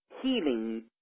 healing